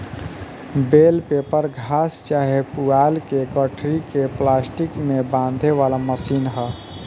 बेल wrapper घास चाहे पुआल के गठरी के प्लास्टिक में बांधे वाला मशीन ह